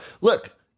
look